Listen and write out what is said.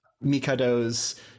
Mikado's